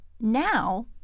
Now